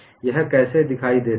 यह कैसे दिखाई देता है